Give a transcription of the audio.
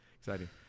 exciting